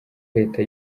leta